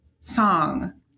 song